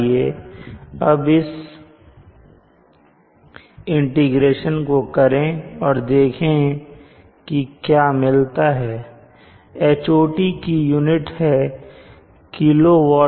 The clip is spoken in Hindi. आइए अब एस इंटीग्रेशन को करें और देखें कि क्या मिलता है